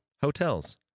Hotels